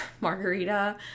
margarita